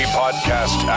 podcast